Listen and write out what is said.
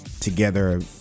together